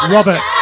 Robert